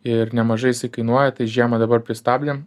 ir nemažai jisai kainuoja tai žiemą dabar pristabdėm